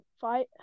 fight